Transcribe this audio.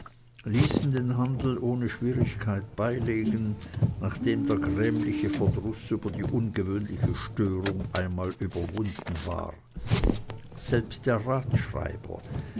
ließen den handel ohne schwierigkeit beilegen nachdem der grämliche verdruß über die ungewöhnliche störung einmal überwunden war selbst der